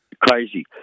Crazy